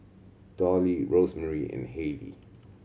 Dolly Rosemary and Hayley